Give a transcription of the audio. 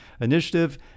initiative